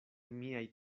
miaj